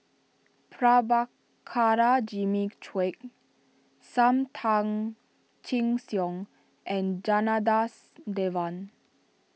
Prabhakara Jimmy Quek Sam Tan Chin Siong and Janadas Devan